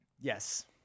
Yes